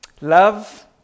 Love